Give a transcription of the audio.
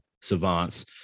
savants